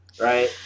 right